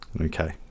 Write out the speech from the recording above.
Okay